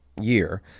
year